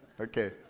okay